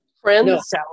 friends